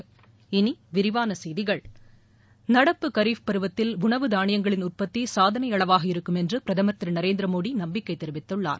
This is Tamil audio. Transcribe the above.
இனி விரிவான செய்திகள் நடப்பு கரீஃப் பருவத்தில் உணவு தானியங்களின் உற்பத்தி சாதனை அளவாக இருக்கும் என்று பிரதமர் திரு நரேந்திரமோடி நம்பிக்கை தெரிவித்துள்ளார்